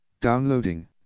Downloading